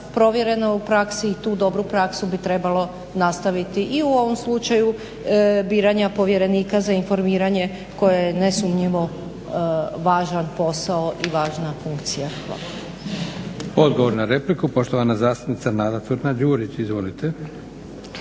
provjerena u praksi i tu dobru praksu bi trebalo nastaviti i u ovom slučaju biranja povjerenika za informiranje koje je nesumnjivo važan posao i važna funkcija.